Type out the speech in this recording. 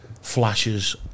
flashes